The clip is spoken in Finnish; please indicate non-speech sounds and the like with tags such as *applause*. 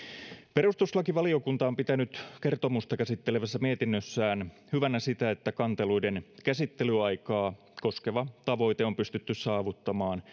perustuslakivaliokunta on pitänyt kertomusta käsittelevässä mietinnössään hyvänä sitä että kanteluiden käsittelyaikaa koskeva tavoite on pystytty saavuttamaan *unintelligible*